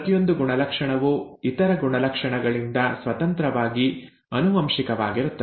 ಪ್ರತಿಯೊಂದು ಗುಣಲಕ್ಷಣವು ಇತರ ಗುಣಲಕ್ಷಣಗಳಿಂದ ಸ್ವತಂತ್ರವಾಗಿ ಆನುವಂಶಿಕವಾಗಿರುತ್ತದೆ